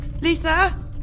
Lisa